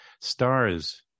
stars